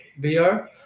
VR